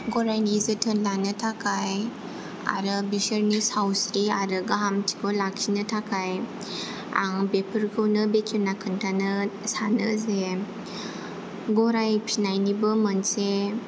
गरायनि जोथोन लानो थाखाय आरो बिसोरनि सावस्रि आरो गाहामथिखौ लाखिनो थाखाय आं बेफोरखौनो बेखेवना खोन्थानो सानो जे गराय फिनायनिबो मोनसे